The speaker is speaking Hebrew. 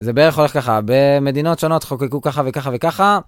זה בערך הולך ככה, במדינות שונות חוקקו ככה וככה וככה.